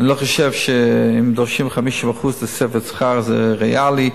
אני לא חושב שאם דורשים 50% תוספת שכר זה ריאלי,